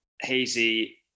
hazy